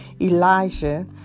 Elijah